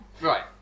right